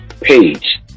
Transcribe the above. page